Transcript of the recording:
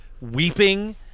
weeping